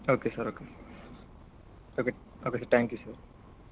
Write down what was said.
okay sir okay okay sir thank you sir